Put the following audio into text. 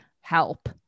Help